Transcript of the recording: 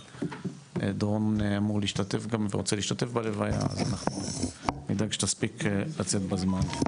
ודורון רוצה להשתתף בלוויה אז אנחנו נדאג שתספיק לצאת בזמן.